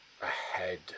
ahead